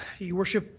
your worship,